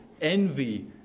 envy